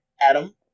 Adam